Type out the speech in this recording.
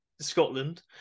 Scotland